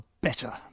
better